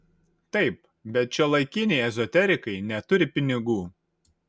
taip bet šiuolaikiniai ezoterikai neturi pinigų